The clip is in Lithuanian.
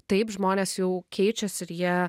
taip žmonės jau keičiasi ir jie